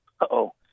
uh-oh